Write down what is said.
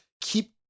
keep